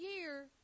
year